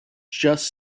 just